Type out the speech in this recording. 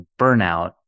burnout